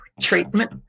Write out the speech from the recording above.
treatment